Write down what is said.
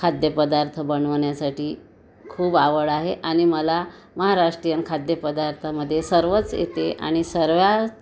खाद्यपदार्थ बनवण्यासाठी खूप आवड आहे आणि मला महाराष्ट्रीयन खाद्यपदार्थामधे सर्वच येते आणि सर्व